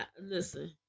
Listen